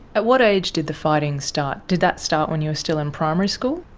at what age did the fighting start? did that start when you were still in primary school?